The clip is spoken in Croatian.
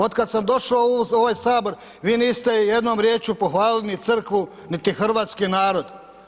Otkad sam došao u ovaj Sabor, vi niste jednom riječju pohvalili ni Crkvu niti hrvatski narod.